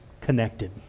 connected